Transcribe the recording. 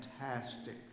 fantastic